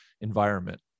environment